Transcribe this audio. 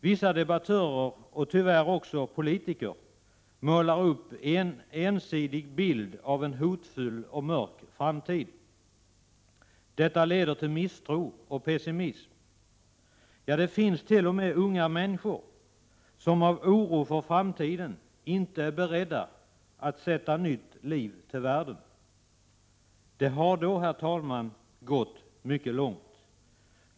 Vissa debattörer — tyvärr också politiker — målar upp en ensidig bild av en hotfull och mörk framtid. Detta leder till misstro och pessimism. Ja, det finns t.o.m. unga människor som av oro för framtiden inte är beredda att sätta nytt liv till världen. Då har det, herr talman, gått mycket långt.